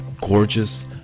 gorgeous